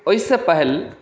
ओहिसँ पहल